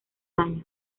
daños